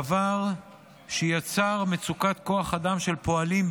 דבר שיצר מצוקת כוח אדם של פועלים,